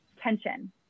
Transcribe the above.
tension